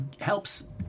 helps